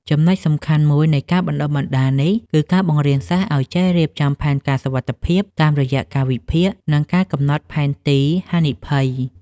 ចំណុចសំខាន់មួយនៃការបណ្ដុះបណ្ដាលនេះ គឺការបង្រៀនសិស្សឱ្យចេះរៀបចំផែនការសុវត្ថិភាពតាមរយៈការវិភាគ និងការកំណត់ផែនទីហានិភ័យ។